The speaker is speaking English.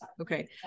okay